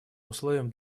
условием